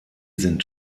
sind